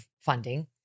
funding